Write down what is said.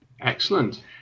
Excellent